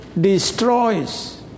destroys